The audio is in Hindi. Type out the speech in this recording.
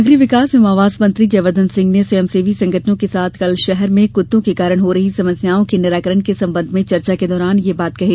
नगरीय विकास एवं आवास मंत्री जयवर्द्वन सिंह ने स्वयंसेवी संगठनों के साथ कल शहर में कुत्तों के कारण हो रही समस्याओं के निराकरण के संबंध में चर्चा के दौरान यह बात कही